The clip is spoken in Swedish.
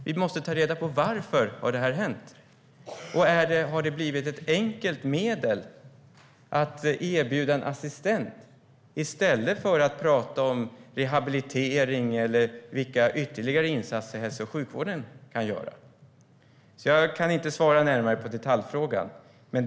Vi måste ta reda på varför det här har hänt och om det har blivit ett enkelt medel att erbjuda en assistent i stället för att prata om rehabilitering eller vilka ytterligare insatser hälso och sjukvården kan göra. Jag kan inte svara närmare på detaljfrågan.